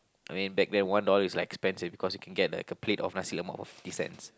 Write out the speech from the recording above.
I mean back then one dollar is like expensive because you can get like a plate of Nasi-Lemak for fifty cents